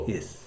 Yes